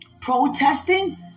protesting